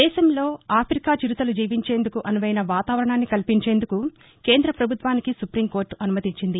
దేశంలో ఆథికా చిరుతలు జీవించేందుకు అనువైన వాతావరణాన్ని కల్పించేందుకు కేంద్ర పభుత్వానికి సుప్టీం కోర్లు అనుమతించింది